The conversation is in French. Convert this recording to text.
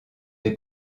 des